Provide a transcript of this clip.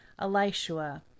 Elishua